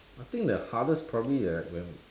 I think the hardest probably like when